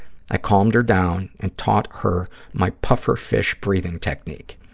i calmed her down and taught her my puffer-fish breathing technique.